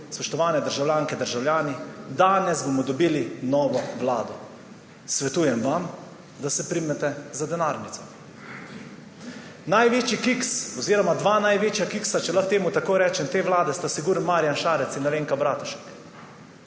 spoštovane državljanke, državljani, danes bomo dobili novo vlado – svetujem vam, da se primete za denarnico. Največji kiks oziroma dva največja kiksa, če lahko temu tako rečem, te vlade sta sigurno Marjan Šarec in Alenka Bratušek.